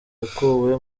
yakuwe